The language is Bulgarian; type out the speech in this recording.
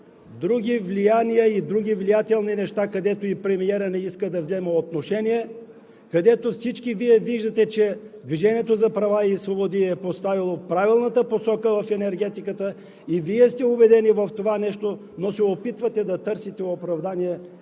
други влияния и други влиятелни неща, където и премиерът не иска да вземе отношение, където всички Вие виждате, че „Движението за права и свободи“ е поставило правилната посока в енергетиката, и Вие сте убедени в това нещо, но се опитвате да търсите оправдание